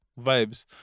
Vibes